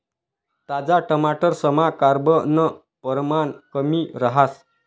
ताजा टमाटरसमा कार्ब नं परमाण कमी रहास